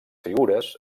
figures